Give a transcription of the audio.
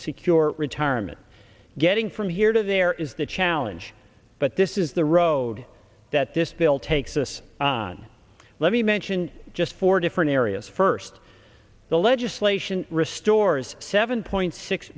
secure retirement getting from here to there is the challenge but this is the road that this bill takes us on let me mention just four different areas first the legislation restores seven point six